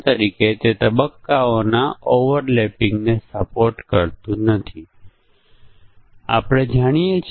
જો ટિકિટની કિંમત 3000 છે અથવા 3000 થી વધુ નથી અને મફત ભોજન પીરસવામાં આવે તો તે ક્રિયા છે